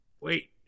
Wait